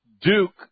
Duke